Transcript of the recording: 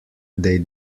they